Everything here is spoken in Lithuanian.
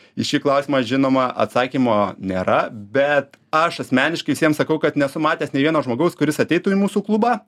į šį klausimą žinoma atsakymo nėra bet aš asmeniškai visiems sakau kad nesu matęs nė vieno žmogaus kuris ateitų į mūsų klubą